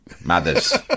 Mothers